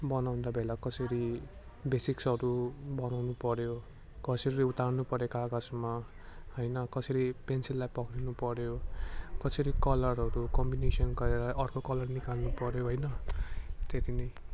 बनाउँदा बेला कसरी बेसिक्सहरू बनाउनु पर्यो कसरी उतार्नु पर्यो कागजमा होइन कसरी पेन्सिललाई पक्रिनु पर्यो कसरी कलरहरू कम्बिनेसन गरेर अर्को कलर निकाल्नु पर्यो होइन त्यति नै